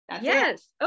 yes